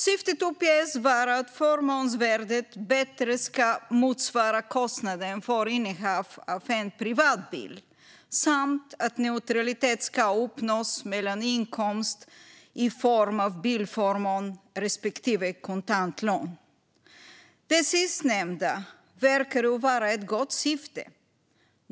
Syftet uppges vara att förmånsvärdet bättre ska motsvara kostnaden för innehav av en privat bil samt att neutralitet ska uppnås mellan inkomst i form av bilförmån respektive kontant lön. Det sistnämnda verkar ju vara ett gott syfte.